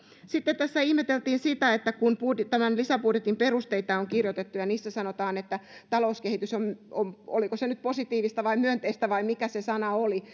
sitten tässä ihmeteltiin sitä että kun tämän lisäbudjetin perusteita on kirjoitettu niin niissä sanotaan että talouskehitys on on positiivista tai myönteistä vai mikä se sana oli